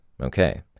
okay